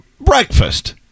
Breakfast